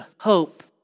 hope